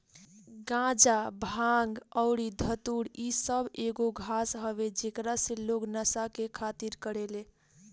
गाजा, भांग अउरी धतूर इ सब एगो घास हवे जेकरा से लोग नशा के खातिर करेले